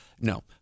No